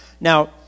now